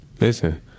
Listen